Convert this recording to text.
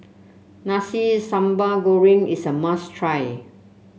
Nasi Sambal Goreng is a must try